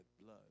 blood